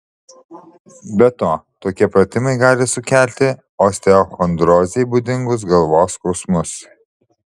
be to tokie pratimai gali sukelti osteochondrozei būdingus galvos skausmus